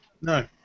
no